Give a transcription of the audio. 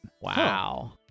Wow